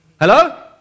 Hello